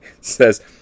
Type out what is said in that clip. says